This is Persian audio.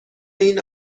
این